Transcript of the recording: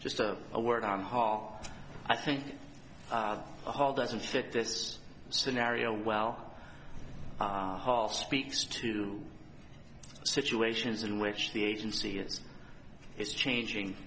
just a word on hall i think the whole doesn't fit this scenario well speaks to situations in which the agency is changing